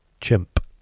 Chimp